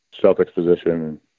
self-exposition